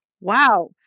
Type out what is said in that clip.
Wow